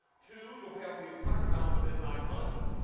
two you will pay off the entire amount within nine months,